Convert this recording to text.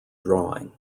drawing